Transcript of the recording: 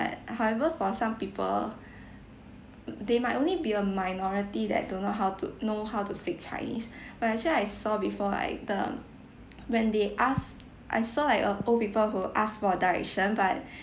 but however for some people mm there might only be a minority that don't know how to know how to speak chinese but actually I saw before like the when they ask I saw like a old people who ask for direction but